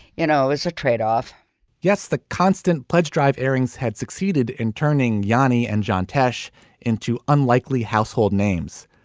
you know, it's a tradeoff yes. the constant pledge drive airings had succeeded in turning johnny and john tesh into unlikely household names.